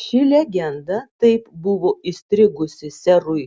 ši legenda taip buvo įstrigusi serui